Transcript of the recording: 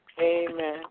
Amen